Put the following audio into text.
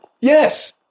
yes